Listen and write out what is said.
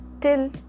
till